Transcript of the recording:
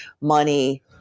money